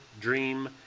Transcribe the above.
dream